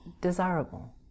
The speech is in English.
desirable